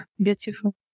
Beautiful